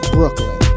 Brooklyn